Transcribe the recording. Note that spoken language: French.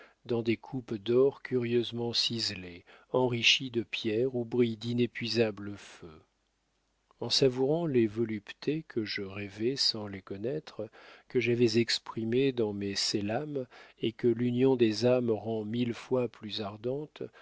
dans des coupes d'or curieusement ciselées enrichies de pierres où brillent d'inépuisables feux en savourant les voluptés que je rêvais sans les connaître que j'avais exprimées dans mes selam et que l'union des âmes rend mille fois plus ardentes